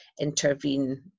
intervene